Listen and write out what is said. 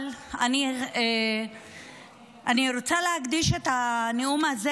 אבל אני רוצה להקדיש את הנאום הזה